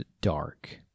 dark